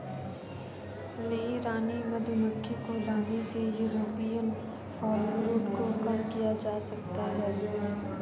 नई रानी मधुमक्खी को लाने से यूरोपियन फॉलब्रूड को कम किया जा सकता है